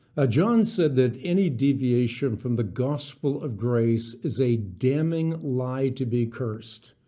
ah john said that any deviation from the gospel of grace is a damning lie to be cursed,